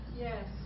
yes